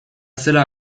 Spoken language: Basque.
zela